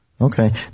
Okay